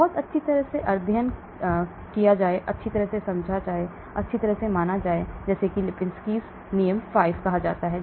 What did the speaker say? बहुत अच्छी तरह से अध्ययन किया अच्छी तरह से समझा अच्छी तरह से माना जाता है जिसे लिपिंस्की नियम 5 कहा जाता है